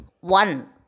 one